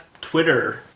Twitter